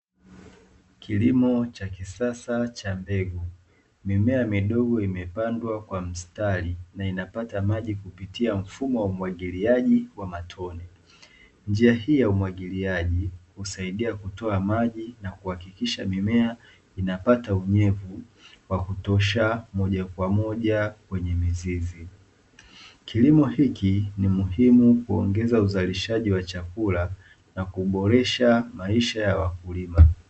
Kilimo cha kisasa cha mbegu, mimea midogo imepandwa kwa mstari na inapata maji kupitia mfumo wa umwagiliaji wa matone. Njia hii ya umwagiliaji husaidia kutoa maji na kuhakikisha mimea inapata unyevu wa kutosha moja kwa moja kwenye mizizi. Kilimo hiki ni muhimu kuongeza uzalishaji wa chakula na kuboresha maisha ya wakulima.